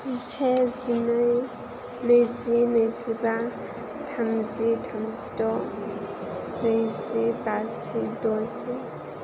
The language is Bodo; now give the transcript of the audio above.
जिसे जिनै नैजि नैजिबा थामजि थामजिद' नैजि बाजि द'जि